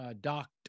docked